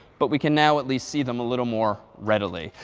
but we can now at least see them a little more readily.